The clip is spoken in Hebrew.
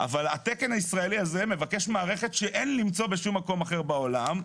אבל התקן הישראלי הזה מבקש מערכת שאין למצוא בשום מקום אחר עולם.